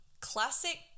classic